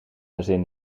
bazin